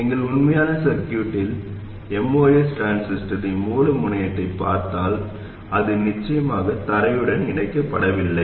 எங்கள் உண்மையான சர்க்யூட்டில் MOS டிரான்சிஸ்டரின் மூல முனையத்தைப் பார்த்தால் அது நிச்சயமாக தரையுடன் இணைக்கப்படவில்லை